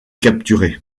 capturé